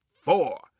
four